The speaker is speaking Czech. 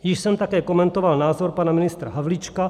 Již jsem také komentoval názor pana ministra Havlíčka.